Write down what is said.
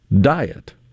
diet